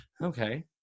okay